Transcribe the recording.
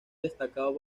destacado